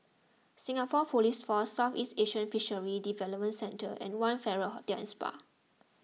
Singapore Police Force Southeast Asian Fisheries Development Centre and one Farrer Hotel and Spa